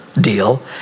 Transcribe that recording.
deal